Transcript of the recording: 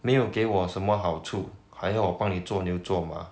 没有给我什么好处还要我帮你做牛做马